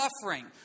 suffering